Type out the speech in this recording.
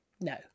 no